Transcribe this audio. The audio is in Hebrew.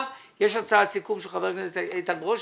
יש הצעת סיכום של חבר הכנסת איתן ברושי.